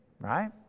right